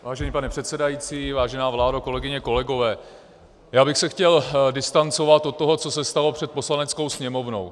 Vážený pane předsedající, vážená vládo, kolegyně, kolegové, já bych se chtěl distancovat od toho, co se stalo před Poslaneckou sněmovnou.